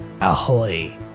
Ahoy